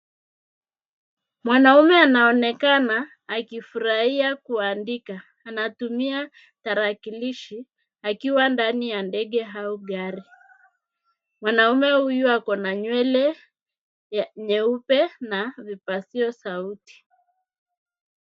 Mwanaume anaonekana akifurahia kuandika. Anatumia tarakilishi akiwa ndani ya ndege au gari. Mwanaume huyu ako na nywele nyeupe na vipasio sauti.